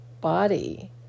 body